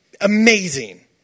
amazing